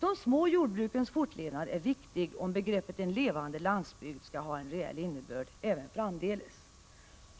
De små jordbrukens fortlevnad är viktig, om begreppet ”en levande landsbygd” skall ha en reell innebörd även framdeles.